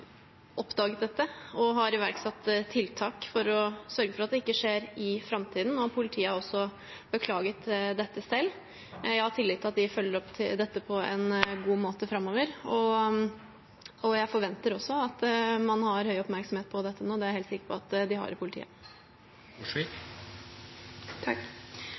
har iverksatt tiltak for å sørge for at det ikke skjer i framtiden. Politiet har også beklaget dette selv. Jeg har tillit til at de følger opp dette på en god måte framover, og jeg forventer også at man har høy oppmerksomhet om dette nå. Det er jeg helt sikker på at de har i politiet.